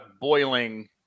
boiling